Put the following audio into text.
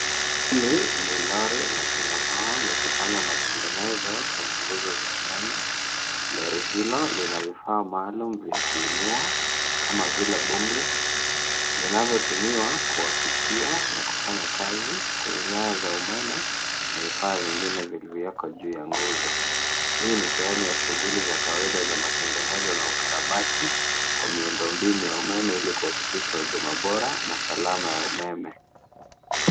Hili ni lori la Kenya Power likifanya matengenezo kwenye nguzo za umeme. Lori hilo lina vifaa maalum vya kuinua kama vile boomlift vinavyotumiwa kuafikia na kufanya kazi kwenye nyaya za umeme na vifaa vingine vilivyoko juu ya nguzo. Hii ni sehemu ya shughuli za kawaida za matengenezo na ukarabati wa miundombinu ya umeme ili kuhakikisha huduma bora na salama ya umeme.